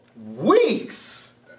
weeks